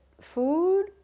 food